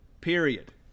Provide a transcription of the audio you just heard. period